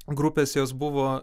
grupės jos buvo